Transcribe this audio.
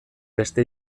beste